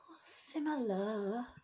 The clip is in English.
Similar